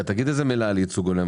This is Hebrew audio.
תגיד מילה על ייצוג הולם,